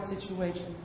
situations